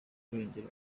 kurengera